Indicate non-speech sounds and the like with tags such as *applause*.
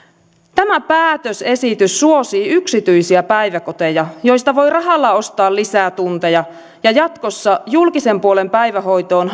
tämä päätösesitys suosii yksityisiä päiväkoteja joista voi rahalla ostaa lisää tunteja ja jatkossa julkisen puolen päivähoitoon *unintelligible*